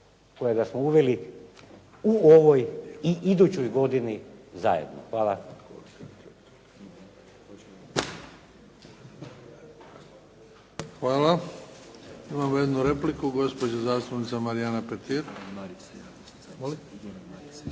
kojega smo uveli u ovoj i idućoj godini zajedno. Hvala. **Bebić, Luka (HDZ)** Hvala. Imamo jednu repliku. Gospođa zastupnica Marijana Petir.